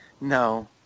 No